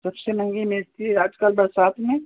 सबसे महंगी मिर्ची है आजकल बरसात में